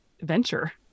venture